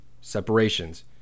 separations